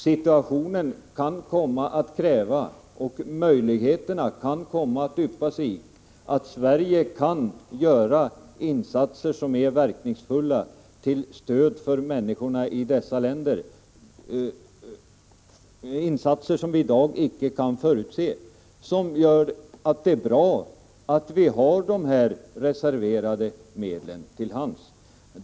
Situationen kan bli sådan att Sverige ges möjligheter att göra insatser som är verkningsfulla, till stöd för människorna i dessa länder. De möjligheterna kan vi i dag inte förutse. Men av denna anledning kan det vara bra att vi har de reserverade medlen till hands.